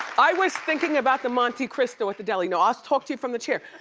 i was thinking about the monte cristo at the deli. now um talk to you from the chair.